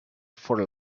for